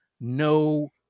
No